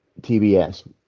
tbs